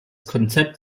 konzept